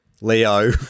Leo